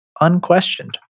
Unquestioned